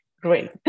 great